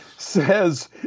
Says